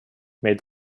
made